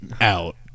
out